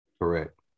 Correct